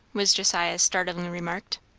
was josiah's startling remark.